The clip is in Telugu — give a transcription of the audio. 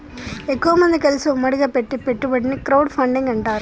ఎక్కువమంది కలిసి ఉమ్మడిగా పెట్టే పెట్టుబడిని క్రౌడ్ ఫండింగ్ అంటారు